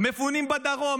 מפונים בדרום,